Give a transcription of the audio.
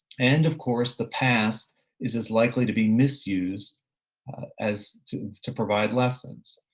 and of course the past is as likely to be misused as to to provide lessons.